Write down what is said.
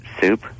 Soup